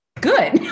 good